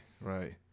right